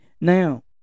Now